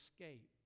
escape